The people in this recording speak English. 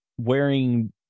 wearing